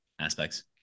aspects